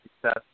success